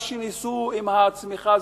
מה שניסו עם הצמיחה,